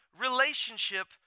relationship